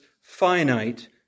finite